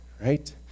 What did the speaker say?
right